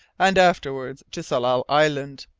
and afterwards to tsalal island.